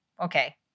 okay